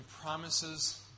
promises